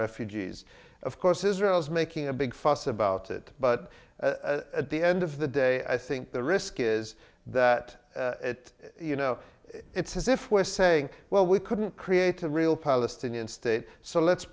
refugees of course israel is making a big fuss about it but at the end of the day i think the risk is that it you know it's as if we're saying well we couldn't create a real palestinian state so let's